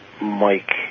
Mike